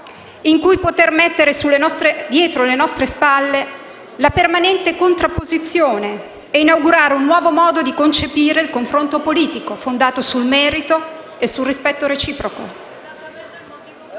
in cui poter mettere dietro le nostre spalle la permanente contrapposizione e inaugurare un nuovo modo di concepire il confronto politico, fondato sul merito e sul rispetto reciproco.